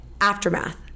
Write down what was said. aftermath